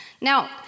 Now